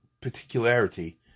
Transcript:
particularity